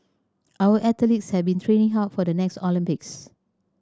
our athletes have been training hard for the next Olympics